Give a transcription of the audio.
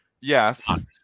Yes